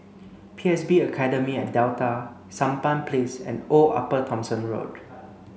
P S B Academy at Delta Sampan Place and Old Upper Thomson Road